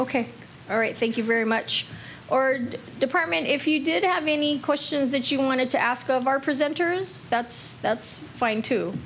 ok all right thank you very much ordered department if you did have any questions that you wanted to ask of our presenters that's that's fine too